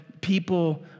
people